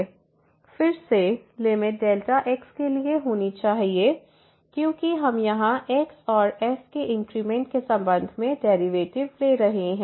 फिर से limit Δx के लिए होनी चाहिए क्योंकि हम यहां x और f के इंक्रीमेंट के संबंध में डेरिवेटिव ले रहे हैं